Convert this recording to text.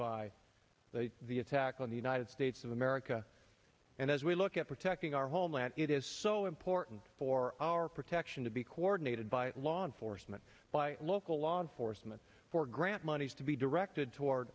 by the attack on the united states of america and as we look at protecting our homeland it is so important for our protection to be coordinated by law enforcement by local law enforcement for grant monies to be directed toward